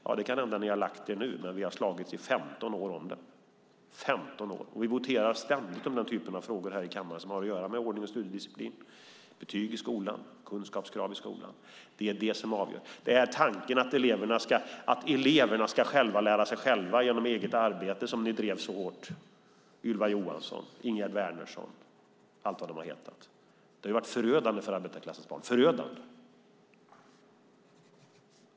Ja, det kan hända att ni nu lagt er, men vi har slagits i 15 år om det - 15 år - och vi voterar ständigt i kammaren om frågor som har att göra med ordning och studiedisciplin, betyg och kunskapskrav i skolan. Det är det som avgör. Tanken att eleverna skulle lära sig själva genom eget arbete drevs hårt av Ylva Johansson, Ingegerd Wärnersson och allt vad de hetat. Det har varit förödande för arbetarklassens barn, förödande.